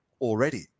already